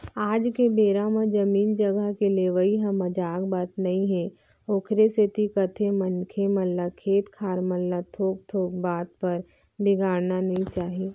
आज के बेरा म जमीन जघा के लेवई ह मजाक बात नई हे ओखरे सेती कथें मनखे मन ल खेत खार मन ल थोक थोक बात बर बिगाड़ना नइ चाही